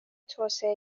توسعه